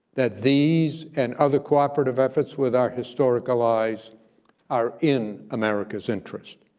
that these and other cooperative efforts with our historical eyes are in america's interest.